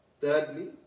Thirdly